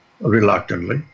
Reluctantly